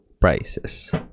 prices